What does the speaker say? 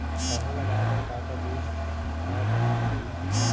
थरहा लगाए बर का बीज हा बने होही?